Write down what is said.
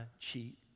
cheat